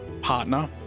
partner